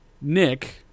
Nick